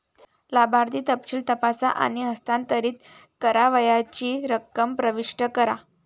लाभार्थी तपशील तपासा आणि हस्तांतरित करावयाची रक्कम प्रविष्ट करा